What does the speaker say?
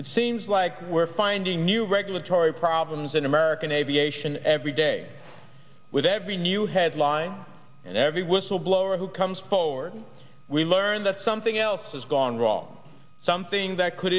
it seems like we're finding new regulatory problems in american aviation every day with every new headline and every whistleblower who comes forward we learn that something else has gone wrong something that could